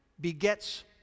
begets